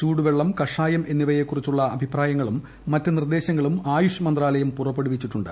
ചൂടുവെള്ളം കഷായം എന്നിവയെക്കുറിച്ചുള്ള അഭിപ്രായങ്ങളും മറ്റ് നിർദ്ദേശങ്ങളും ആയുഷ് മന്ത്രാലയം പുറപ്പെടുവിച്ചിട്ടുണ്ട്